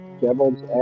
devil's